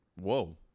Whoa